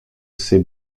ses